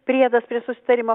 priedas prie susitarimo